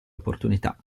opportunità